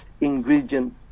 ingredient